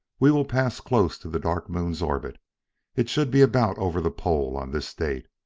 we will pass close to the dark moon's orbit it should be about over the pole on this date.